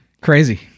Crazy